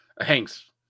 Hanks